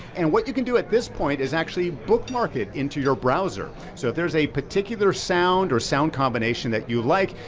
and what you can do at this point is actually bookmark it into your browser. so if there's a particular sound or sound combination that you like,